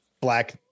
black